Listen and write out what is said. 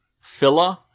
filler